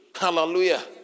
Hallelujah